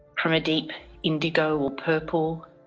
from a deep indigo, or purple,